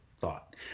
thought